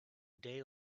day